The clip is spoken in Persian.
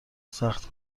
سخت